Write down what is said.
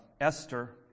Esther